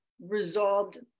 resolved